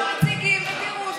ותראו,